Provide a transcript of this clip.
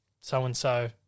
so-and-so